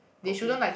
okay